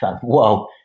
whoa